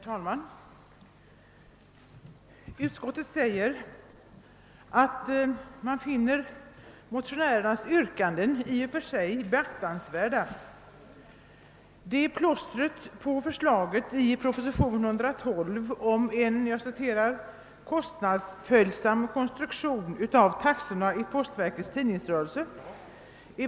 Herr talman! Utskottet skriver att man finner motionärernas yrkanden i och för sig beaktansvärda. Detta uttalande är väl tänkt som ett plåster på såret efter förslaget i propositionen 112 om en »kostnadsföljsam konstruktion av taxorna i postverkets tidningsrörelse«.